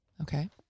Okay